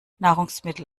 nahrungsmittel